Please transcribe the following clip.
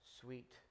sweet